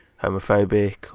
homophobic